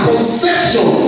conception